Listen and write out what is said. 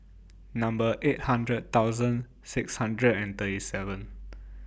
Number eight hundred thousand six hundred and thirty seven